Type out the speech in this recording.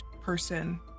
person